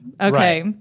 Okay